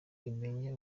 imenye